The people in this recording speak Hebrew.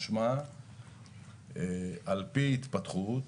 משמע על פי התפתחות,